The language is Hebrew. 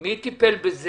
מי טיפל בזה?